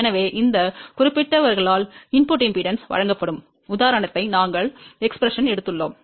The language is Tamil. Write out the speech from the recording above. எனவே இந்த குறிப்பிட்டவர்களால் உள்ளீட்டு மின்மறுப்பு வழங்கப்படும் உதாரணத்தை நாங்கள் வெளிப்பாட்டை எடுத்துள்ளோம்